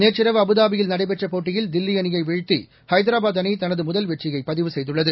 நேற்றிரவு அபுதாபியில் நடைபெற்ற போட்டியில் தில்லி அணியை வீழ்த்தி ஹைதராபாத் அணி தனது முதல் வெற்றியை பதிவு செய்துள்ளது